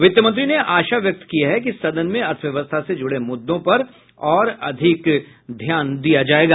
वित्त मंत्री ने आशा व्यक्त की कि सदन में अर्थव्यवस्था से जुड़े मुद्दों पर और अधिक ध्यान दिया जाएगा